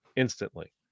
instantly